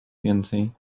więcej